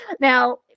Now